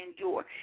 endure